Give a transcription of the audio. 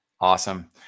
Awesome